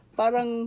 parang